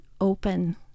open